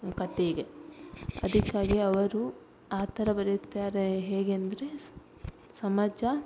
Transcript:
ಕಥೆಗೆ ಅದಕ್ಕಾಗಿ ಅವರು ಆ ಥರ ಬರೆಯುತ್ತಾರೆ ಹೇಗೆ ಅಂದರೆ ಸಮಾಜ